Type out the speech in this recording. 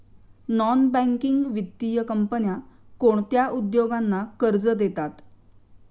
Non banking वित्तीय कंपन्या कोणत्या उद्योगांना कर्ज देतात?